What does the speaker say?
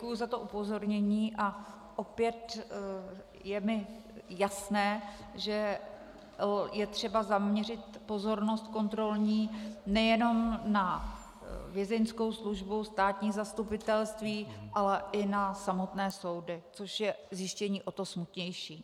Děkuji za to upozornění a opět je mi jasné, že je třeba zaměřit pozornost kontrolní nejenom na Vězeňskou službu, státní zastupitelství, ale i na samotné soudy, což je zjištění o to smutnější.